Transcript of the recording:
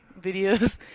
videos